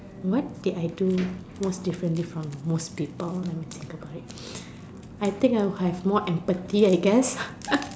what did I do most differently from most people I guess I have more entity I guess